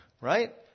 Right